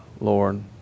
Lord